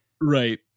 Right